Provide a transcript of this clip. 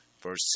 Verse